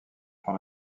par